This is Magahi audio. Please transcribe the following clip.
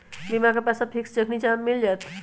बीमा के पैसा फिक्स जखनि चाहम मिल जाएत?